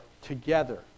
together